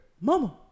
mama